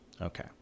Okay